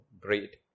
great